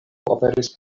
aperis